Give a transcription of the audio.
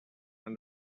and